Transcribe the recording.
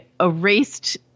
erased